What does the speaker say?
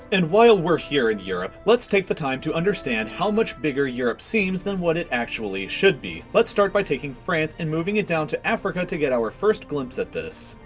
and while we're here in europe, let's take the time to understand how much bigger europe seems than what it actually should be. let's start by taking france and moving it down to africa to get our first glimpse at this.